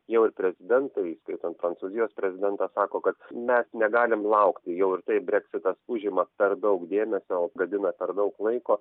jau ir prezidentai įskaitant prancūzijos prezidentas sako kad mes negalim laukti jau ir taip breksitas užima per daug dėmesio apgadina per daug laiko